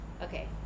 Okay